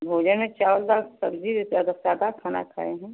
भोजन में चावल दाल सब्जी सादा खाना खाये हैं